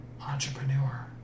entrepreneur